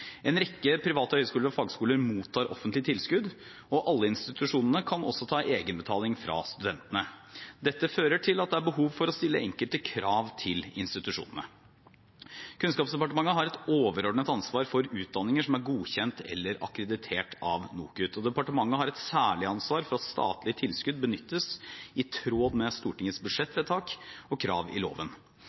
En rekke private høyskoler og fagskoler mottar offentlige tilskudd, og alle institusjonene kan også ta egenbetaling fra studentene. Dette fører til at det er behov for å stille enkelte krav til institusjonene. Kunnskapsdepartementet har et overordnet ansvar for utdanninger som er godkjent eller akkreditert av NOKUT, og departementet har et særlig ansvar for at statlige tilskudd benyttes i tråd med Stortingets budsjettvedtak og krav i loven.